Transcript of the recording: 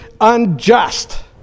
unjust